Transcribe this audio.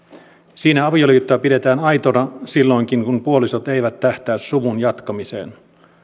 siinä avioliittoa pidetään aitona silloinkin kun puolisot eivät tähtää suvun jatkamiseen